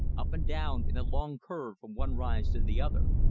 up and down in a long curve from one rise to the other.